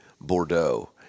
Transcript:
Bordeaux